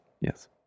yes